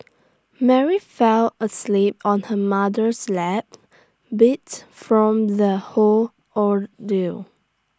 Mary fell asleep on her mother's lap beat from the whole ordeal